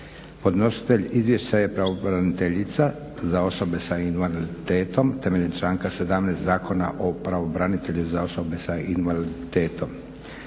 Podnositelj izvješća je pravobraniteljica za osobe za invaliditetom temeljem članka 17. Zakona o pravobranitelju za osobe sa invaliditetom.